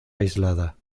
aislada